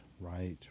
right